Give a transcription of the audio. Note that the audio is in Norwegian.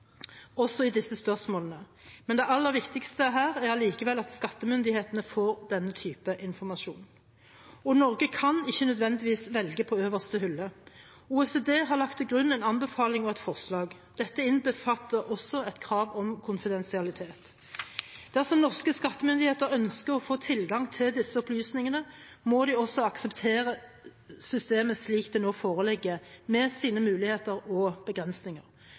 også i disse spørsmålene, men det aller viktigste her er allikevel at skattemyndighetene får denne type informasjon. Norge kan ikke nødvendigvis velge på øverste hylle. OECD har lagt til grunn en anbefaling og et forslag. Dette innbefatter også et krav om konfidensialitet. Dersom norske skattemyndigheter ønsker å få tilgang til disse opplysningene, må de også akseptere systemet slik det nå foreligger med sine muligheter og begrensninger.